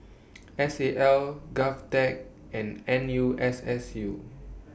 S A L Govtech and N U S S U